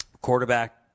quarterback